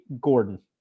Gordon